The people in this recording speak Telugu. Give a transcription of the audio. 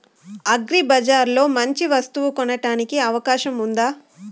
అగ్రిబజార్ లో మంచి వస్తువు కొనడానికి అవకాశం వుందా?